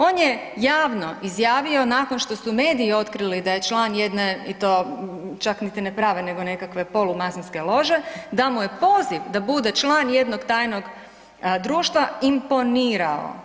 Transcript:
On je javno izjavio nakon što su mediji otkrili da je član jedne i to čak niti ne prave nego nekakve polumasonske lože da mu je poziv da bude član jednog tajnog društva imponirao.